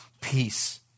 peace